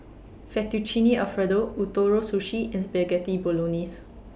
Fettuccine Alfredo Ootoro Sushi and Spaghetti Bolognese